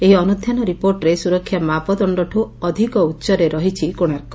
ଏହି ଅନୁଧାନ ରିପୋର୍ଟରେ ସୁରକ୍ଷା ମାପଦଶ୍ତଠୁ ଅଧିକ ଉଚ୍ଚରେ ରହିଛି କୋଶାର୍କ